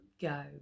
go